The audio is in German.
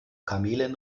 kamelen